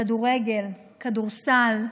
כדורגל, כדורסל,